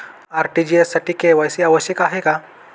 RTGS साठी KYC ची आवश्यकता आहे का?